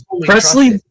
Presley